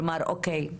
כלומר אוקיי,